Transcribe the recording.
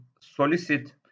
solicit